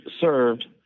served